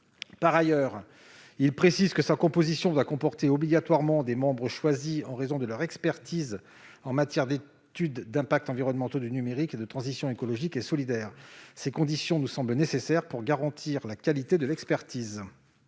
Par ailleurs, il précise que la composition de l'observatoire doit comporter obligatoirement des membres choisis en raison de leur expertise en matière d'études d'impacts environnementaux du numérique et de transition écologique et solidaire. Ces conditions nous semblent nécessaires pour garantir la qualité de l'expertise.